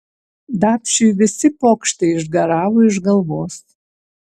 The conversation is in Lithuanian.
dapšiui visi pokštai išgaravo iš galvos